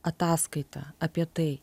ataskaitą apie tai